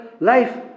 life